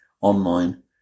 online